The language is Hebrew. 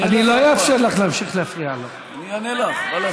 אין שום, אני לא אאפשר לך להמשיך להפריע לו.